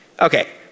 Okay